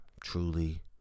truly